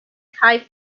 kaj